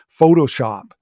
Photoshop